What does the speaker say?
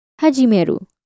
Hajimeru